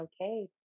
okay